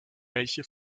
welche